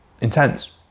intense